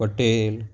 Patel